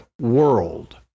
world